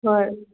ꯍꯣꯏ